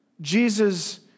Jesus